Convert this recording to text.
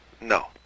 No